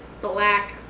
black